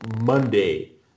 Monday